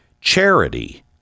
Charity